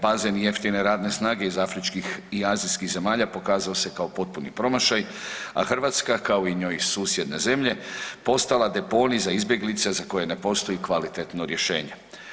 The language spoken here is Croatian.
Bazen jeftine radne snage iz afričkih i azijskih zemalja pokazao se kao potpuni promašaj, a Hrvatska kao i njoj susjedne zemlje postala deponij za izbjeglice za koje ne postoji kvalitetno rješenje.